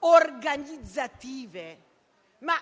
organizzative, ma,